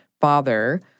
father